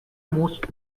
most